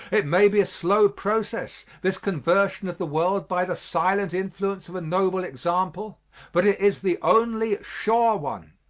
it may be a slow process this conversion of the world by the silent influence of a noble example but it is the only sure one,